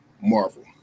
Marvel